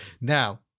Now